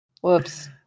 Whoops